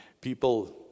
people